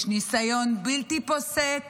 יש ניסיון בלתי פוסק